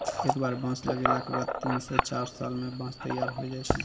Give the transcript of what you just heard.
एक बार बांस लगैला के बाद तीन स चार साल मॅ बांंस तैयार होय जाय छै